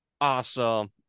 Awesome